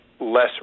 less